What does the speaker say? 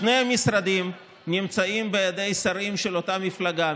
שני המשרדים נמצאים בידי שרים של אותה מפלגה,